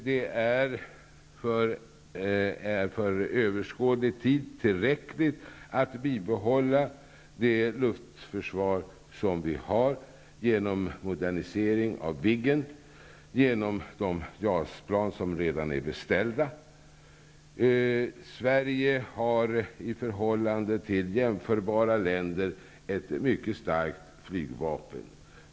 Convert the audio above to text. Det är för överskådlig tid tillräckligt att bibehålla det luftförsvar som vi har genom modernisering av Viggen och genom de JAS-plan som redan är beställda. Sverige har i förhållande till jämförbara länder ett mycket starkt flygvapen.